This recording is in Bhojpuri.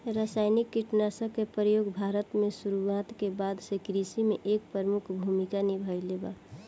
रासायनिक कीटनाशक के प्रयोग भारत में शुरुआत के बाद से कृषि में एक प्रमुख भूमिका निभाइले बा